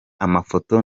amafoto